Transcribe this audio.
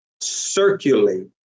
circulate